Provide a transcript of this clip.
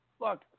Look